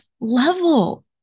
level